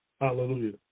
Hallelujah